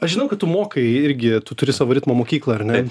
aš žinau kad tu mokai irgi tu turi savo ritmo mokyklą ar ne